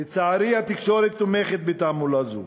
לצערי, התקשורת תומכת בתעמולה הזאת,